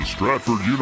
Stratford